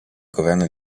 governo